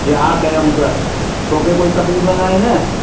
जे हा कयऊं त तोखे काइ तकलीफ़ न आहे न